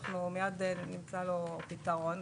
אנחנו מייד נמצא לו פתרון.